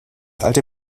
alte